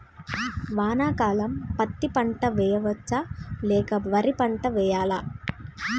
వానాకాలం పత్తి పంట వేయవచ్చ లేక వరి పంట వేయాలా?